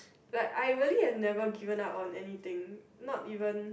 like I'll really have never given up on anything not even